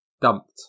dumped